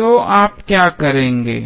तो आप क्या करेंगे